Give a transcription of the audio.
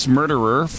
murderer